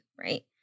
right